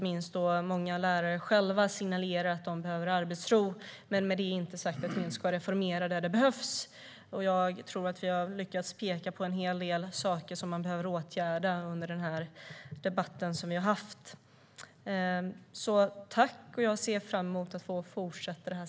Många lärare har själva signalerat att de behöver arbetsro, men med det inte sagt att vi inte ska reformera där det behövs. Jag tror att vi under denna debatt har lyckats peka på en hel del saker som behöver åtgärdas. Jag ser fram emot att få fortsätta detta samtal i andra sammanhang.